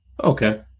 Okay